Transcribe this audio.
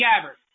Gabbard